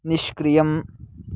निष्क्रियम्